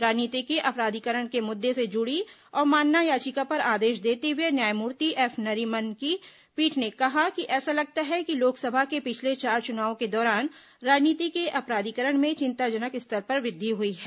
राजनीति के अपराधीकरण के मुद्दे से जुड़ी अवमानना याचिका पर आदेश देते हुए न्यायमूर्ति एफ नरीमन की पीठ ने कहा कि ऐसा लगता है कि लोकसभा के पिछले चार चुनावों के दौरान राजनीति के अपराधीकरण में चिन्ताजनक स्तर तक वृद्धि हई है